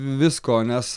visko nes